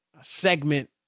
segment